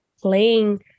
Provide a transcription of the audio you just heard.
playing